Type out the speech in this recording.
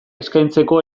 eskaintzeko